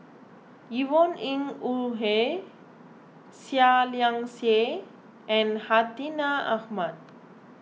Yvonne Ng Uhde Seah Liang Seah and Hartinah Ahmad